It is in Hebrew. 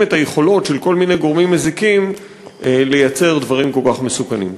את היכולות של כל מיני גורמים מזיקים לייצר דברים כל כך מסוכנים.